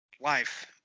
life